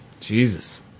Jesus